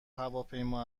هواپیما